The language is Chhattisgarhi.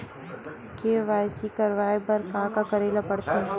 के.वाई.सी करवाय बर का का करे ल पड़थे?